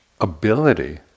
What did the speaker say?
ability